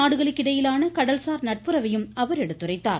நாடுகளுக்கிடையிலான இரு கடல்சாா் நட்புறயைும் அவர் எடுத்துரைத்தார்